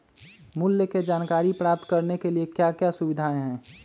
मूल्य के जानकारी प्राप्त करने के लिए क्या क्या सुविधाएं है?